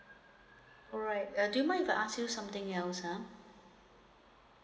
alright uh do you mind if I ask you something else ha